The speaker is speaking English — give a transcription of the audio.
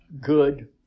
good